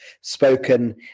spoken